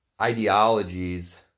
ideologies